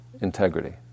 integrity